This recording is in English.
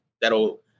that'll